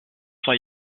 zwei